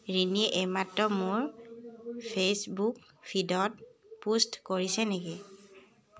ৰিনিয়ে এইমাত্ৰ মোৰ ফেইচবুক ফিডত পোষ্ট কৰিছে নেকি